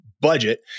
budget